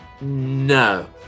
no